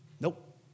Nope